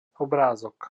obrázok